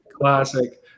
Classic